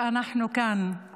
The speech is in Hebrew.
כשאנחנו כאן,